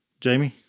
Jamie